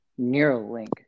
Neuralink